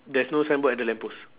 there's no signboard at the lamp post